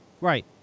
Right